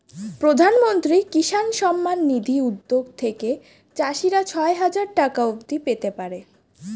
প্রধানমন্ত্রী কিষান সম্মান নিধি উদ্যোগ থেকে চাষিরা ছয় হাজার টাকা অবধি পেতে পারে